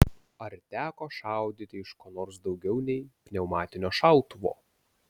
ar teko šaudyti iš ko nors daugiau nei pneumatinio šautuvo